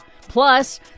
plus